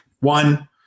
One